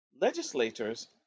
Legislators